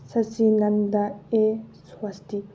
ꯁꯠꯆꯤꯅꯟꯗ ꯑꯦ ꯁ꯭ꯋꯥꯁꯇꯤ